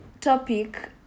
topic